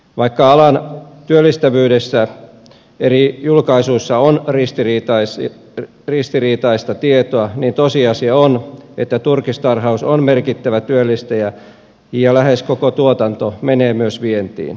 vaikka alan työllistävyydestä eri julkaisuissa on ristiriitaista tietoa niin tosiasia on että turkistarhaus on merkittävä työllistäjä ja lähes koko tuotanto menee myös vientiin